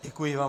Děkuji vám.